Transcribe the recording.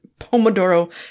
Pomodoro